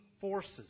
forces